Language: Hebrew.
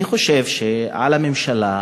אני חושב שעל הממשלה,